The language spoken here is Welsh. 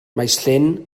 maesllyn